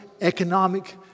economic